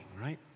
right